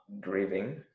grieving